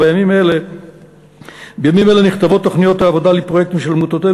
בימים אלה נכתבות תוכניות העבודה לפרויקטים של עמותות אלה